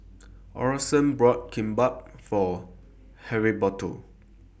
Orson bought Kimbap For Heriberto